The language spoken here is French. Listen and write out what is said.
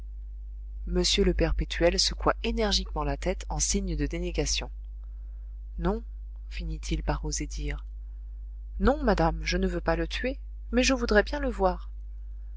m le perpétuel secoua énergiquement la tête en signe de dénégation non finit-il par oser dire non madame je ne veux pas le tuer mais je voudrais bien le voir